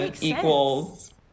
equals